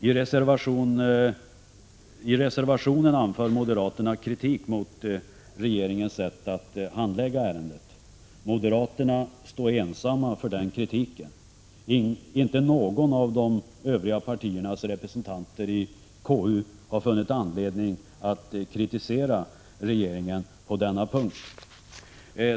I reservationen anför moderaterna kritik mot regeringens sätt att handlägga ärendet. Moderaterna står ensamma för den kritiken. Ingen av de övriga partiernas representanter i konstitutionsutskottet har funnit anledning att kritisera regeringen på denna punkt.